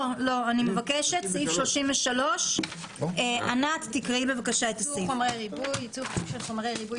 33. 33.ייצוא חומרי ריבוי ייצוא של חומרי ריבוי